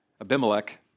Abimelech